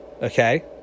okay